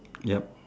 ya